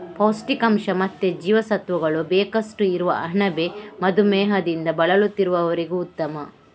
ಪೌಷ್ಟಿಕಾಂಶ ಮತ್ತೆ ಜೀವಸತ್ವಗಳು ಬೇಕಷ್ಟು ಇರುವ ಅಣಬೆ ಮಧುಮೇಹದಿಂದ ಬಳಲುತ್ತಿರುವವರಿಗೂ ಉತ್ತಮ